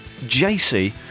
JC